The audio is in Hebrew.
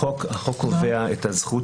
החוק קובע את הזכות